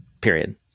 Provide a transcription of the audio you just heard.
period